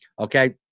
okay